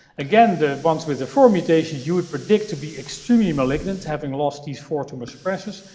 again, the ones with the four mutations, you would predict to be extremely malignant, having lost these four tumor suppressors.